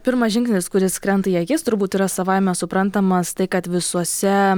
pirmas žingsnis kuris krenta į akis turbūt yra savaime suprantamas tai kad visuose